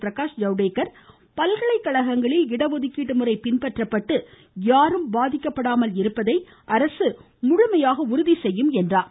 பிரகாஷ் ஜவ்டேகர் பல்கலைக்கழகங்களில் இடஒதுக்கீடு முறை பின்பற்றப்பட்டு யாரும் பாதிக்கப்படாமல் இருப்பதை அரசு முழுமையாக உறுதி செய்யும் என்றார்